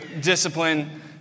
discipline